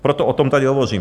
Proto o tom tady hovořím.